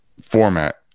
format